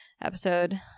episode